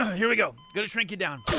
here we go. gonna shrink you down